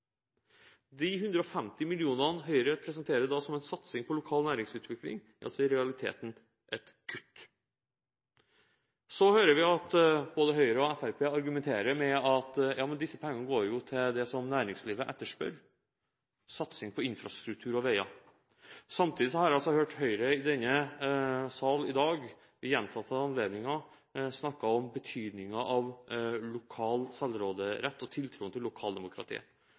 De 150 mill. kr Høyre presenterer som en satsing på lokal næringsutvikling, er i realiteten et kutt. Så hører vi at både Høyre og Fremskrittspartiet argumenterer med at disse pengene går til det som næringslivet etterspør: satsing på infrastruktur og veier. Samtidig har jeg hørt Høyre ved gjentatte anledninger i denne sal i dag snakke om betydningen av lokal selvråderett og tiltroen til lokaldemokratiet.